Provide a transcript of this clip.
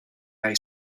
lay